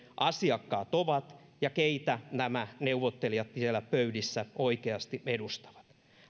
asiakkaat ovat ja keitä nämä neuvottelijat siellä pöydissä oikeasti edustavat